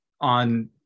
on